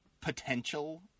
potential